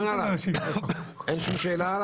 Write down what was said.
אני לא מכיר את הנושא.